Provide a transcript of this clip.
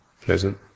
Pleasant